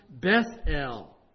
Bethel